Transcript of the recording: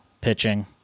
pitching